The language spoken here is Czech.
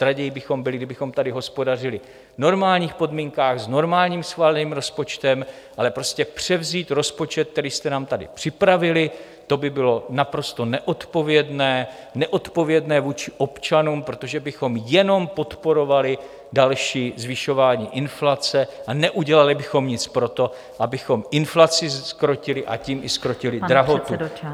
Raději bychom byli, kdybychom tady hospodařili v normálních podmínkách, s normálním schváleným rozpočtem, ale prostě převzít rozpočet, který jste nám tady připravili, to by bylo naprosto neodpovědné, neodpovědné vůči občanům, protože bychom jenom podporovali další zvyšování inflace a neudělali bychom nic pro to, abychom inflaci zkrotili, a tím i zkrotili drahotu.